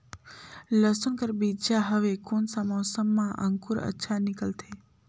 लसुन कर बीजा हवे कोन सा मौसम मां अंकुर अच्छा निकलथे?